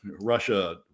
Russia